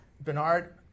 Bernard